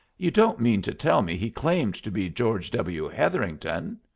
you don't mean to tell me he claimed to be george w. hetherington?